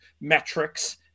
metrics